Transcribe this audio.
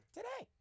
Today